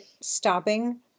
stopping